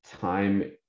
time